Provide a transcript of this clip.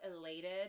elated